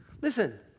listen